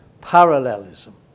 parallelism